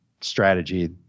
strategy